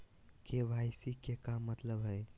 KYC के का मतलब हई?